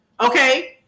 okay